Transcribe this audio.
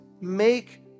make